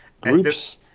groups